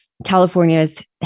California's